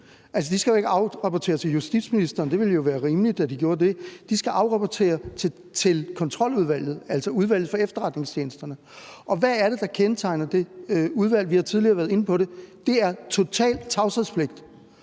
Altså, de skal ikke afrapportere til justitsministeren – og det ville jo være rimeligt, at de gjorde det – de skal afrapportere til Kontroludvalget, altså Udvalget vedrørende Efterretningstjenesterne. Og hvad er det – vi har tidligere været inde på det – der kendetegner det